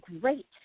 great